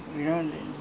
life is